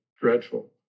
dreadful